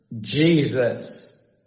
jesus